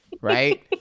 right